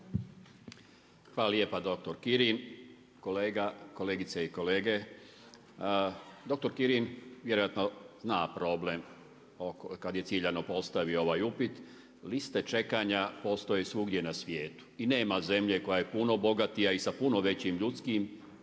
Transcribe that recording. Hvala lijepa doktor Kirin, kolegice i kolege. Doktor Kirin vjerojatno zna problem kad je ciljano postavio ovaj upit. Liste čekanja postoje svugdje na svijetu i nema zemlje koja je puno bogatija i sa puno većim ljudskim,